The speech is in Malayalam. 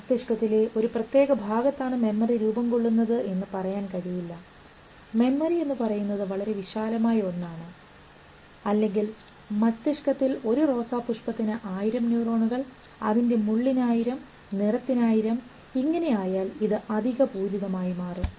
മസ്തിഷ്കത്തിലെ ഒരു പ്രത്യേക ഭാഗത്താണ് മെമ്മറി രൂപംകൊള്ളുന്നത് എന്ന് പറയാൻ കഴിയില്ല മെമ്മറി എന്നുപറയുന്നത് വളരെ വിശാലമായ ഒന്നാണ് അല്ലെങ്കിൽ മസ്തിഷ്കത്തിൽ ഒരു റോസാ പുഷ്പത്തിൻ ആയിരം ന്യൂറോണുകൾ അതിൻറെ മുള്ളിന് ആയിരം നിറത്തിന് ആയിരം ഇങ്ങനെആയാൽ അധിക പൂരിതം ആയി മാറും